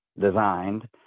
designed